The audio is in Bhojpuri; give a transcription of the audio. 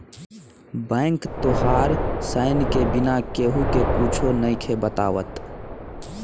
बैंक तोहार साइन के बिना केहु के कुच्छो नइखे बतावत